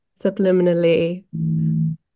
subliminally